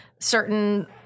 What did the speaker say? certain